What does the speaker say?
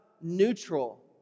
neutral